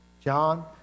John